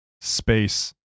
Space